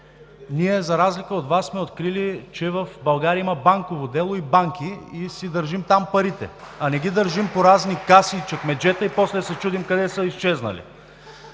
ние, за разлика от Вас, сме открили, че в България има банково дело и банки, и си държим там парите (ръкопляскания от ГЕРБ), а не ги държим по разни каси и чекмеджета – после да се чудим къде са изчезнали.